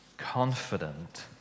confident